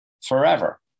forever